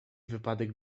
wypadek